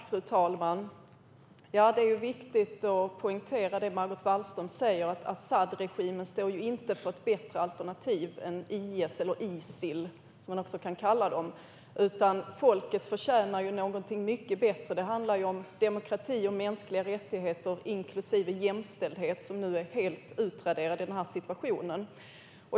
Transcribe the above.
Fru talman! Det är viktigt att poängtera vad Margot Wallström säger, nämligen att Asadregimen inte står för ett bättre alternativ än IS - eller Isil, som de också kan kallas - utan folket förtjänar något mycket bättre. Det handlar om demokrati och mänskliga rättigheter, inklusive jämställdhet, som nu är helt utraderat i den här situationen.